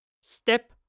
Step